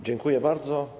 Dziękuję bardzo.